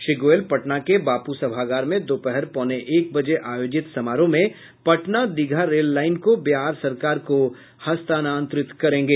श्री गोयल पटना के बापू सभागार में दोपहर पौने एक बजे आयोजित समारोह में पटना दीघा रेल लाईन को बिहार सरकार को हस्तानांतरित करेंगे